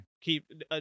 keep